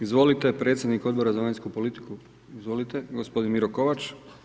Izvolite, predsjednik Odbora za vanjsku politiku, izvolite, gospodin Miro Kovač.